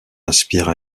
aspire